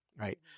right